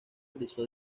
realizó